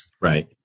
Right